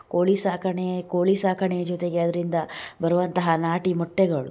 ಕೋಳಿ ಸಾಕಣೆ ಕೋಳಿ ಸಾಕಣೆಯ ಜೊತೆಗೆ ಅದರಿಂದ ಬರುವಂತಹ ನಾಟಿ ಮೊಟ್ಟೆಗಳು